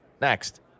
Next